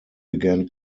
began